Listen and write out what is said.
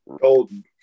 golden